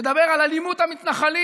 לדבר על אלימות המתנחלים,